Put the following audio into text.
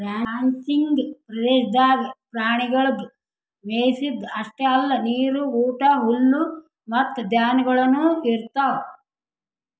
ranching ಪ್ರದೇಶದಾಗ್ ಪ್ರಾಣಿಗೊಳಿಗ್ ಮೆಯಿಸದ್ ಅಷ್ಟೆ ಅಲ್ಲಾ ನೀರು, ಊಟ, ಹುಲ್ಲು ಮತ್ತ ಧಾನ್ಯಗೊಳನು ಇರ್ತಾವ್